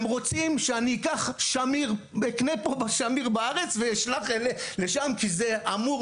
הם רוצים שאני אקנה פה שמיר בארץ ואשלח לשם כי זה אמור